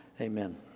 amen